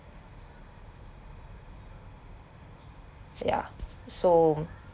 ya so